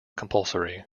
compulsory